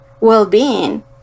well-being